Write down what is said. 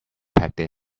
packed